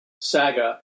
saga